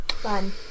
Fun